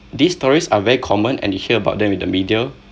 these stories are very common and you hear about them in the media